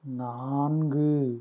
நான்கு